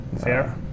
Fair